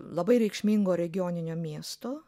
labai reikšmingo regioninio miesto